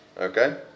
Okay